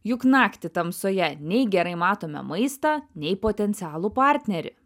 juk naktį tamsoje nei gerai matome maistą nei potencialų partnerį